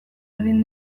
egin